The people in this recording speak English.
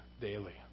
daily